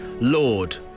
Lord